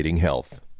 health